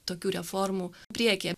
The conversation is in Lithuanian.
tokių reformų priekyje